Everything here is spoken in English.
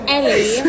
Ellie